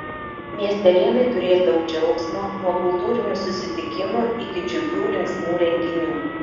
miestelėnai turės daug džiaugsmo nuo kultūrinių susitikimų iki džiugių linksmų renginių